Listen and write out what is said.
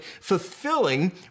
fulfilling